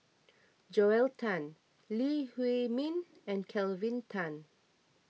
Joel Tan Lee Huei Min and Kelvin Tan